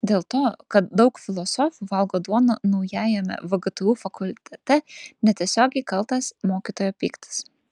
dėl to kad daug filosofų valgo duoną naujajame vgtu fakultete netiesiogiai kaltas mokytojo pyktis